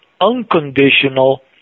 unconditional